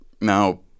Now